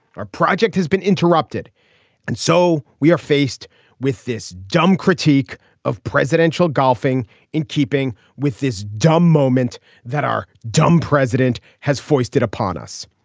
our project has been interrupted and so we are faced with this dumb critique of presidential golfing in keeping with this dumb moment that our dumb president has foisted upon us.